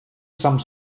some